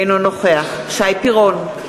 אינו נוכח שי פירון,